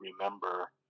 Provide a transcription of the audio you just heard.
remember